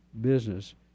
business